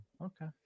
Okay